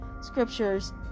scriptures